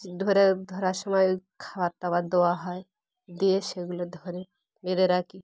ধরে ধরার সময় ওই খাবার টাবার দেওয়া হয় দিয়ে সেগুলো ধরে বেঁধে রাখি